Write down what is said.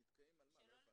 נתקעים על מה, לא הבנתי.